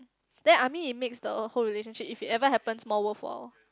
then I mean it makes the whole relationship if it even happens more worth while